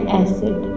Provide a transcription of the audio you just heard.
acid